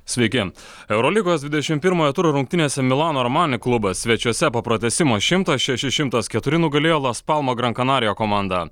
sveiki eurolygos dvidešimt pirmojo turo rungtynėse milano armani klubas svečiuose po pratęsimo šimtas šeši šimtas keturi nugalėjo las palmo gran canaria komandą